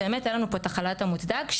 והיה לנו חל"ת מוצדק,